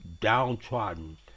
downtrodden